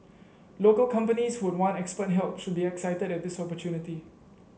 local companies who would want expert help should be excited at this opportunity